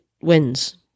wins